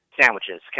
sandwiches